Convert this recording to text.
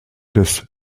des